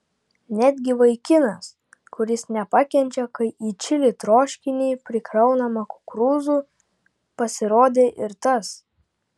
netgi vaikinas kuris nepakenčia kai į čili troškinį prikraunama kukurūzų pasirodė ir tas